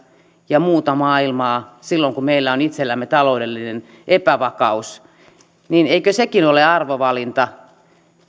ja muuta maailmaa silloin kun meillä on itsellämme taloudellinen epävakaus niin eikö sekin ole arvovalinta